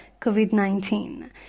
COVID-19